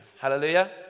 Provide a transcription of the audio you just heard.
Hallelujah